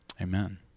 amen